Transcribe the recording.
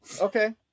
Okay